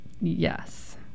Yes